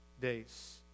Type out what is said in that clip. days